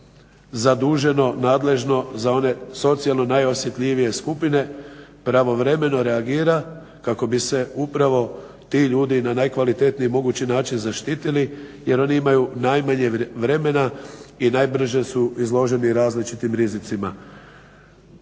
zaduženo nadležno za one socijalno najosjetljivije skupine pravovremeno reagira kako bi se upravo ti ljudi na najkvalitetniji mogući način zaštitili jer oni imaju najmanje vremena i najbrže su izloženi različitim rizicima.